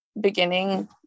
beginning